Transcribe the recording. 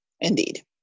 Indeed